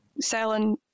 Selling